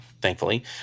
thankfully